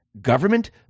government